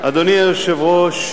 אדוני היושב-ראש,